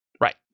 Right